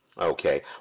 Okay